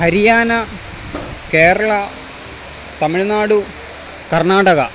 Haryana Keralam Tamil Nadu Karnataka